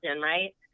right